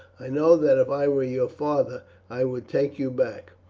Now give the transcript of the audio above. i know that if i were your father i would take you back.